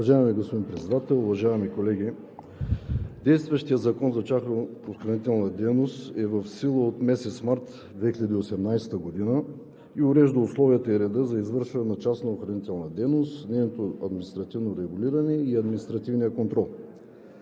Уважаеми господин Председател, уважаеми колеги! Действащият Закон за частната охранителна дейност е в сила от месец март 2018 г. и урежда условията и реда за извършване на частна охранителна дейност, административно регулиране и административен контрол.